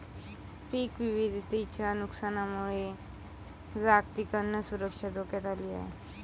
पीक विविधतेच्या नुकसानामुळे जागतिक अन्न सुरक्षा धोक्यात आली आहे